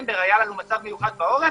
בדצמבר היה לנו מצב מיוחד בעורף,